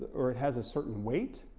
or it has a certain weight,